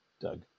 Doug